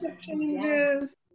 changes